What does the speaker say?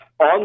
On